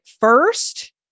first